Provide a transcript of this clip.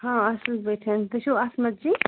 ہاں اَصٕل پٲٹھۍ تُہۍ چھُو اَسما جی